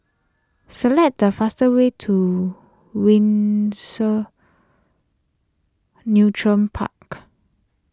select the faster way to Windsor neutron Park